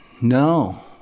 No